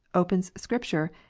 opens scripture,